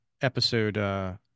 episode